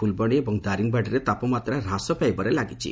ଫୁଲବାଣୀ ଏବଂ ଦାରିଙ୍ଗିବାଡ଼ିରେ ତାପମାତ୍ରା ହ୍ରାସ ପାଇବାରେ ଲାଗିଛି